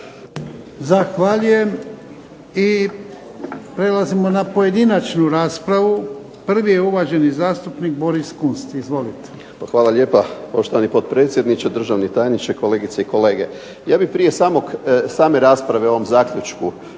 Zahvaljujem. I prelazimo na pojedinačnu raspravu. Prvi je uvaženi zastupnik Boris Kunst, izvolite. **Kunst, Boris (HDZ)** Hvala lijepa, poštovani potpredsjedniče. Državni tajniče, kolegice i kolege. Ja bih prije same rasprave o ovom zaključku